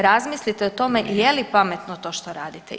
Razmislite o tome je li pametno što to radite?